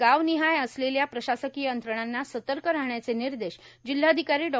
गावनिहाय असलेल्या प्रशासकीय यंत्रणांना सतर्क राहण्याचे निर्देश जिल्हाधिकारी ॉ